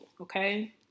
okay